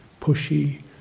pushy